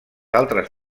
altres